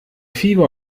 fieber